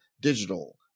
digital